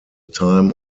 time